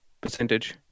percentage